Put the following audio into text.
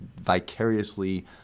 vicariously